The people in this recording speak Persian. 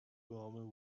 گام